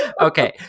Okay